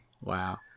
Wow